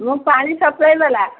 ମୁଁ ପାଣି ସପ୍ଲାଇବାଲା